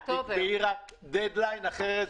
אין